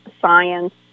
science